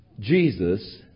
Jesus